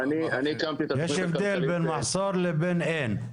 יש הבדל בין מחסור לבין אין.